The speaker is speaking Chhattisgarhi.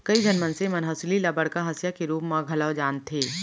कइ झन मनसे मन हंसुली ल बड़का हँसिया के रूप म घलौ जानथें